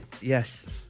yes